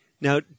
Now